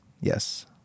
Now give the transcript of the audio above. yes